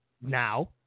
Now